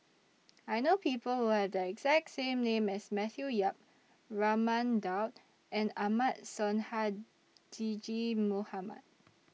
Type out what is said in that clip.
I know People Who Have The exact name as Matthew Yap Raman Daud and Ahmad Sonhadji Mohamad